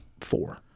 four